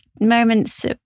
moments